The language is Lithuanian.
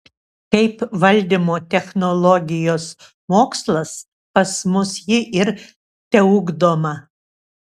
kaip valdymo technologijos mokslas pas mus ji ir teugdoma